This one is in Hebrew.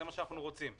זה מה שאנחנו רוצים.